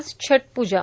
आज छठ प्जा